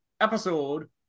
episode